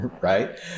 right